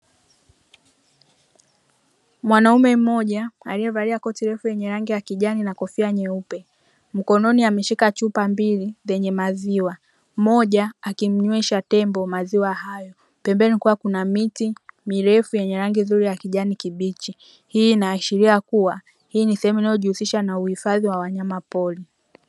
Mwanaume mmoja aliyevalia koti refu lenye rangi ya kijani na kofia nyeupe. Mkononi ameshika chupa mbili zenye maziwa, moja akimnywesha tembo maziwa hayo. Pembeni kukiwa kuna miti mirefu yenye rangi nzuri ya kijani kibichi. Hii inaashiria kuwa hii ni sehemu inayojihusisha na uhifadhi wa wanyama pori.